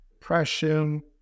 depression